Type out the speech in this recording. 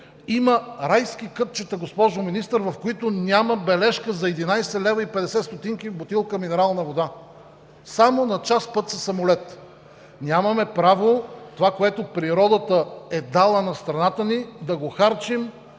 има райски кътчета, госпожо Министър, в които няма бележка за 11,50 лв. за бутилка минерална вода. Само на час път със самолет! Нямаме право това, което природата е дала на страната ни, да го харчим,